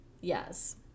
yes